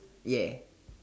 ya